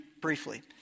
briefly